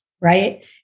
right